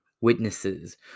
witnesses